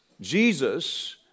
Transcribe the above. Jesus